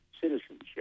citizenship